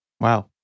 Wow